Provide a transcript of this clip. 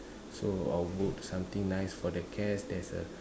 so I'll work something nice for the cat there's a